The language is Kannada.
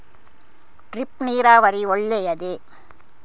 ಡ್ರಿಪ್ ನೀರಾವರಿ ಒಳ್ಳೆಯದೇ?